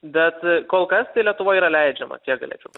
bet kol kas tai lietuvoj yra leidžiama tiek galėčiau